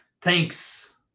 thanks